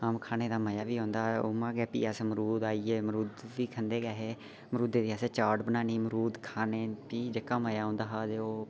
खाने दा मजा बी औंदा हा उ'आं गै फ्ही असें अमरूद आइये मरूद बी खंदे गै हे मरूदै दी असें चाट बनानी मरूद खाने फ्ही जेह्का मजा होंदा हा ते ओह्